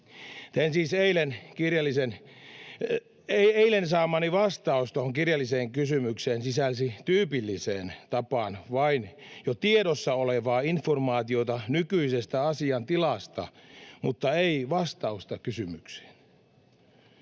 — Eilen saamani vastaus tuohon kirjalliseen kysymykseen sisälsi tyypilliseen tapaan vain jo tiedossa olevaa informaatiota nykyisestä asiantilasta, mutta ei vastausta kysymykseen.